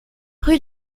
rue